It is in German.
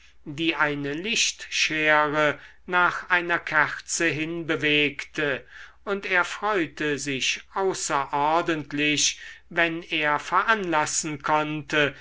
die eine lichtschere nach einer kerze hinbewegte und er freute sich außerordentlich wenn er veranlassen konnte